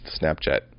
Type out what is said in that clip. Snapchat